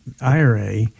ira